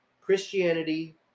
Christianity